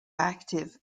active